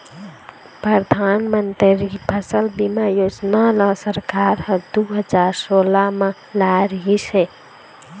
परधानमंतरी फसल बीमा योजना ल सरकार ह दू हजार सोला म लाए रिहिस हे